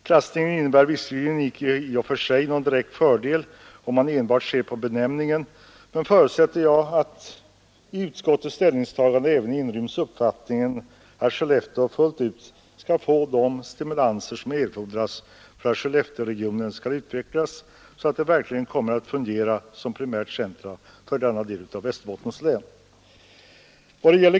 Klassningen innebär visserligen inte i och för sig någon direkt fördel om man enbart ser på benämningen, men jag förutsätter att i utskottets ställningstagande även inryms uppfattningen att Skellefteå fullt ut skall få de stimulanser som erfordras för att Skellefteåregionen skall utvecklas så att den verkligen kommer att fungera som primärt centrum för denna del av Västerbottens län.